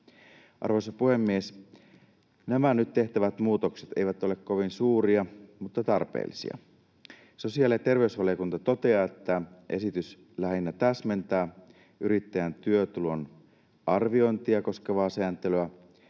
Arvoisa puhemies! Nämä nyt tehtävät muutokset eivät ole kovin suuria, mutta tarpeellisia. Sosiaali- ja terveysvaliokunta toteaa, että esitys lähinnä täsmentää yrittäjän työtulon arviointia koskevaa sääntelyä,